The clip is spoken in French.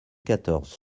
quatorze